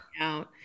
out